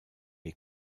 est